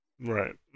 Right